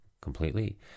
completely